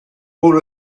rôle